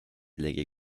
ligi